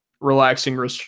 relaxing